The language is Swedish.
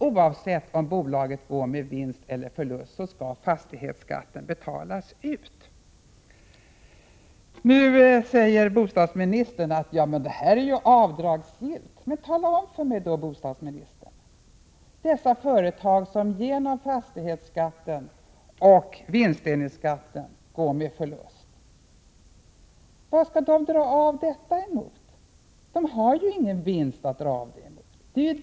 Oavsett om bolaget går med vinst eller förlust skall fastighetsskatten betalas ut. Bostadsministern säger att bolagen får göra avdrag. Jag måste då ställa en fråga till bostadsministern: Vad skall dessa företag, som genom fastighetsskatten och vinstdelningsskatten går med förlust, dra av mot? De har ju inga vinster att dra av mot.